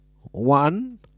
one